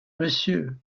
monsieur